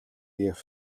гэв